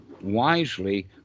wisely